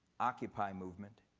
occupy movement.